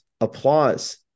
applause